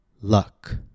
Luck